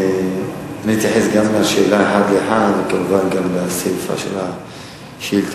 אתייחס גם לשאלות אחת לאחת וכמובן גם לסיפא של השאילתא.